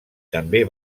també